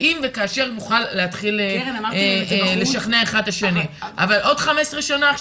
אם וכאשר נוכל להתחיל לשכנע אחד את השני אבל עוד 15 שנה?